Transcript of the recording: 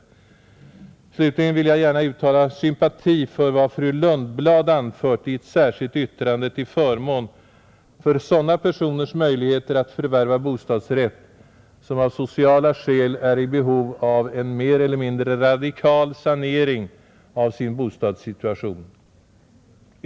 Slutligen vill jag gärna uttala sympati för vad fru Lundblad anfört i ett särskilt yttrande till förmån för sådana personers möjligheter att förvärva bostadsrätt som av sociala skäl är i behov av en mer eller mindre radikal sanering av sin bostadssituation.